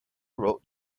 wrote